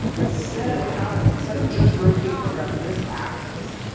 instead what happens, instead of just rotating around this axis,